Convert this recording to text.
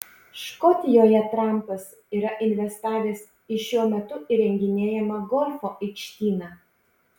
škotijoje trampas yra investavęs į šiuo metu įrenginėjamą golfo aikštyną